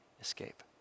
escape